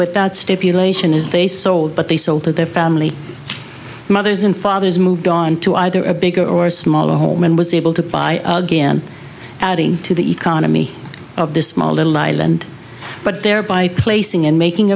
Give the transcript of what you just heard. that stipulation is they sold but they sold their family mothers and fathers moved on to either a bigger or smaller home and was able to buy again adding to the economy of this small little island but there by placing and making